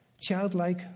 childlike